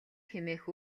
хэмээх